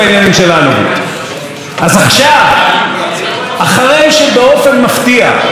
אחרי שבאופן מפתיע בפעם ה-12 חוקרי המשטרה